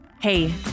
Hey